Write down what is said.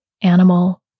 animal